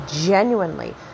genuinely